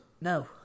No